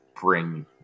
bring